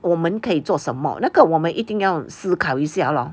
我们可以做什么那个我们一定要思考一下 lor